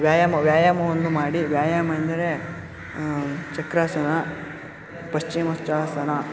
ವ್ಯಾಯಾಮ ವ್ಯಾಯಾಮವನ್ನು ಮಾಡಿ ವ್ಯಾಯಾಮ ಎಂದರೆ ಚಕ್ರಾಸನ ಪಶ್ಚಿಮೋತ್ತಾಸನ